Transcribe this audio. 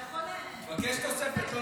אתה יכול --- תבקש תוספת.